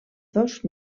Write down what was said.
dos